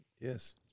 Yes